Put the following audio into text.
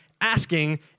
asking